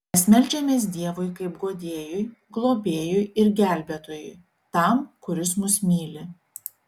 mes meldžiamės dievui kaip guodėjui globėjui ir gelbėtojui tam kuris mus myli